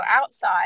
outside